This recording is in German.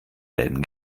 läden